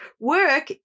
Work